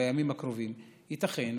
בימים הקרובים ייתכן,